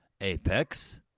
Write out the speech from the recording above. Apex